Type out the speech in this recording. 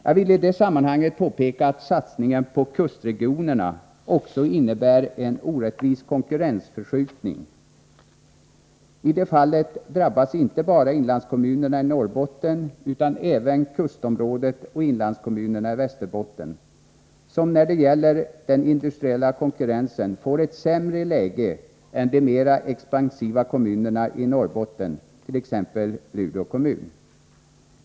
Jag vill i det sammanhanget påpeka att satsningen på kustregionerna också innebär en orättvis konkurrensförskjutning. I detta fall drabbas inte bara inlandskommunerna i Norrbotten, utan även kustområdet och inlandskommunernaii Västerbotten, som när det gäller den industriella konkurrensen får ett sämre läge än de mera expansiva kommunerna i Norrbotten, t.ex. Luleå kommun.